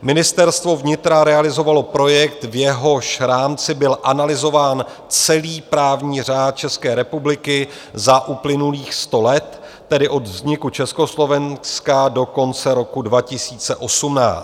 Ministerstvo vnitra realizovalo projekt, v jehož rámci byl analyzován celý právní řád České republiky za uplynulých sto let, tedy od vzniku Československa do konce roku 2018.